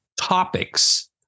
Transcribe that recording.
topics